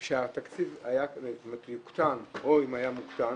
כשהתקציב יוקטן או אם היה מוקטן,